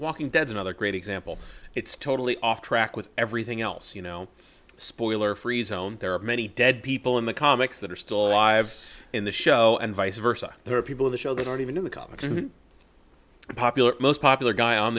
walking dead another great example it's totally off track with everything else you know spoiler free zone there are many dead people in the comics that are still alive in the show and vice versa there are people in the show that aren't even in the comics or the popular most popular guy on